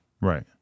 Right